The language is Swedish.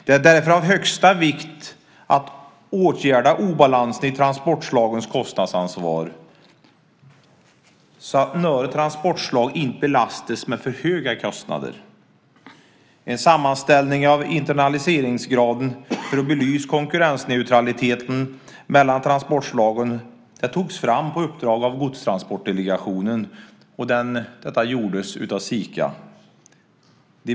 Det är därför av högsta vikt att åtgärda obalansen i transportslagens kostnadsansvar så att några transportslag inte belastas med för höga kostnader. En sammanställning av internaliseringsgraden för att belysa konkurrensneutraliteten mellan transportslagen togs fram på uppdrag av Godstransportdelegationen. Detta gjordes av Sika.